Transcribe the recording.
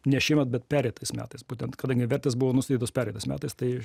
ne šiemet bet pereitais metais būtent kadangi vertės buvo nustatytos pereitais metas tai